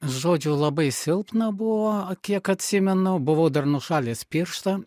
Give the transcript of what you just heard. žodžiu labai silpna buvo kiek atsimenu buvau dar nušalęs pirštą